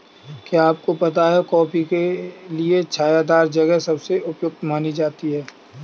क्या आपको पता है कॉफ़ी के लिए छायादार जगह सबसे उपयुक्त मानी जाती है?